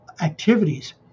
activities